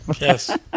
yes